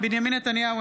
בנימין נתניהו,